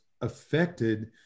affected